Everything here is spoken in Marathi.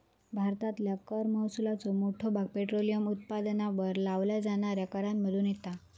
भारतातल्या कर महसुलाचो मोठो भाग पेट्रोलियम उत्पादनांवर लावल्या जाणाऱ्या करांमधुन येता